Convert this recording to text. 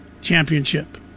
Championship